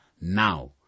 now